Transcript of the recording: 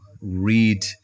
Read